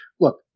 look